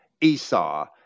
esau